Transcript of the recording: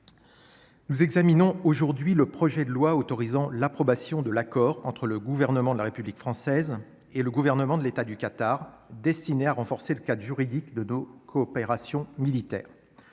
Nous examinons aujourd'hui le projet de loi autorisant l'approbation de l'accord entre le gouvernement de la République française et le gouvernement de l'État du Qatar destinée à renforcer le cadre juridique de dos coopération militaire,